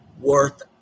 worth